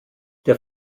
der